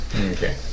Okay